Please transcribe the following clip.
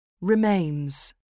remains